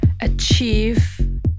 achieve